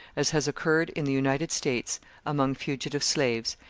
as has occurred in the united states among fugitive slaves,